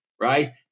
Right